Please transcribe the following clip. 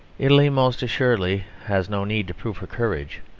italy, most assuredly, has no need to prove her courage.